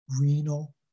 renal